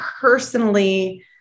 personally